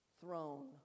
throne